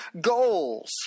goals